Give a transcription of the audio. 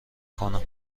کنم